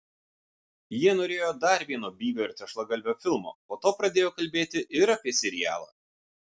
jie norėjo dar vieno byvio ir tešlagalvio filmo po to pradėjo kalbėti ir apie serialą